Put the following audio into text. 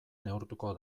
neurtuko